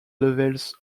levels